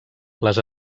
les